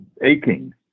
aching